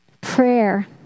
Prayer